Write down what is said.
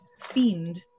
fiend